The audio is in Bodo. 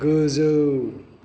गोजौ